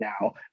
now